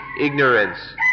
ignorance